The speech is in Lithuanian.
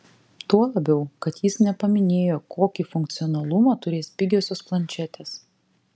tuo labiau kad jis nepaminėjo kokį funkcionalumą turės pigiosios planšetės